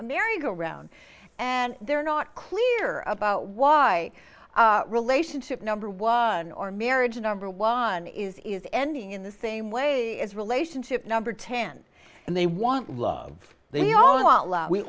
a merry go round and they're not clear about why relationship number one or marriage number one is is ending in the same way is relationship number ten and they want love the